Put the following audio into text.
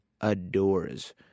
adores